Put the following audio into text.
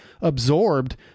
absorbed